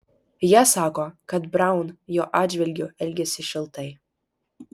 jie sako kad braun jo atžvilgiu elgėsi šiltai